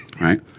Right